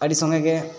ᱟᱹᱰᱤ ᱥᱚᱸᱜᱮ ᱜᱮ